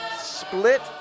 Split